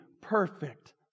perfect